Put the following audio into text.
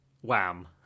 Wham